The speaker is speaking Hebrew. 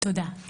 תודה,